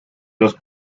los